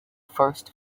first